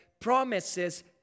promises